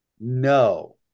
No